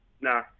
Nah